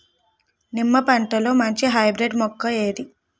నిమ్మ పంటలో మంచి హైబ్రిడ్ మొక్క ఏది?